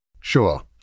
Sure